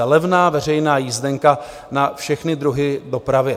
Levná veřejná jízdenka na všechny druhy dopravy.